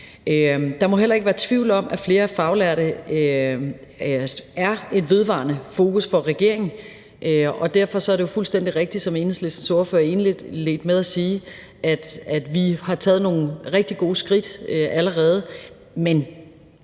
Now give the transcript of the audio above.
Der må heller ikke være tvivl om, at flere faglærte er et vedvarende fokus for regeringen, og derfor er det jo fuldstændig rigtigt, som Enhedslistens ordfører indledte med at sige, at vi har taget nogle rigtig gode skridt allerede, men